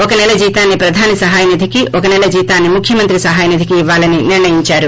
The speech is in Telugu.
ఒక నెల జీతాన్ని ప్రదాని సహాయ నిధికి ఒక నెల జీతాన్ని ముఖ్యమంత్రి సహాయ నిధికి ఇవ్వాలని నిర్ణయించారు